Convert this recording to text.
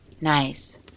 Nice